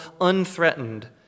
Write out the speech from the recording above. unthreatened